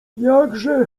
jakże